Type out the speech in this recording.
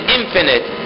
infinite